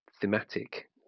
thematic